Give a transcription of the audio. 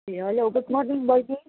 ए hello good morning बहिनी